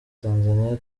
tanzaniya